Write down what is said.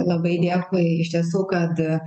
labai dėkui iš tiesų kad